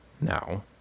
now